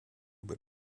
but